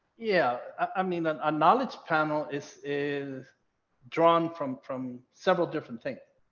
yeah, i mean on a knowledge panel is is drawn from from several different things.